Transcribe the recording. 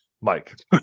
mike